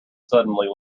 suddenly